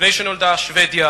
לפני שנולדה שבדיה